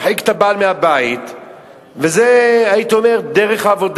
כדי שתהיה בסדר.